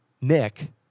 Nick